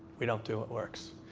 we don't do what works.